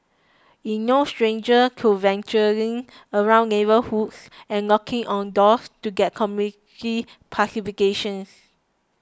is no stranger to venturing around neighbourhoods and knocking on doors to get community participations